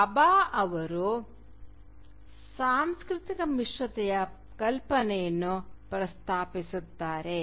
ಭಾಭಾ ಅವರು ಸಾಂಸ್ಕೃತಿಕ ಮಿಶ್ರತೆಯ ಕಲ್ಪನೆಯನ್ನು ಪ್ರಸ್ತಾಪಿಸುತ್ತಾರೆ